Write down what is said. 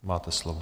Máte slovo.